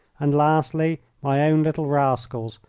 and, lastly, my own little rascals,